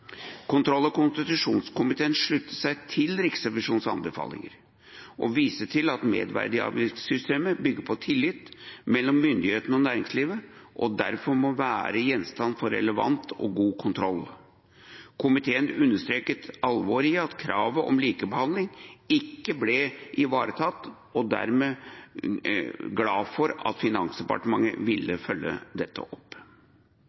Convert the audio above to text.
Kontroll- og konstitusjonskomiteen sluttet seg til Riksrevisjonens anbefalinger og viste til at merverdiavgiftssystemet bygger på tillit mellom myndighetene og næringslivet og derfor må være gjenstand for relevant og god kontroll. Komiteen understreket alvoret i at kravet om likebehandling ikke ble ivaretatt, og var dermed glad for at Finansdepartementet ville følge dette opp.